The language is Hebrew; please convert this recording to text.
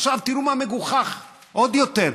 עכשיו תראו מה מגוחך עוד יותר,